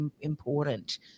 important